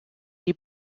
die